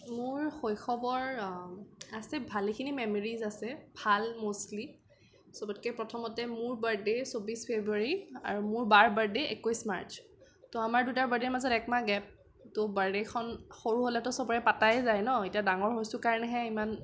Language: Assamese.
মোৰ শৈশৱৰ আছে ভালেখিনি মেম'ৰিজ আছে ভাল ম'ষ্টলি চবতকৈ প্ৰথমতে মোৰ বাৰ্থডে চৌব্বিশ ফ্ৰেব্ৰুৱাৰী আৰু মোৰ বাৰ বাৰ্থডে একৈশ মাৰ্চ ত' আমাৰ দুটাৰ বাৰ্থডেৰ মাজত এক মাহ গেপ ত' বাৰ্থডেখন সৰু হ'লেতো চবৰে পতাই যায় ন এতিয়া ডাঙৰ হৈছোঁ কাৰণেহে ইমান